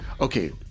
Okay